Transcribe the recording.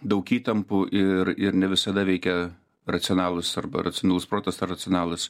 daug įtampų ir ir ne visada veikia racionalūs arba racionalus protas ar racionalūs